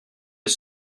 les